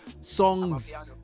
songs